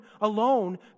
alone